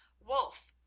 wulf,